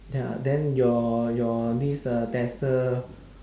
ya then your your this uh tester